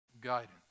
Guidance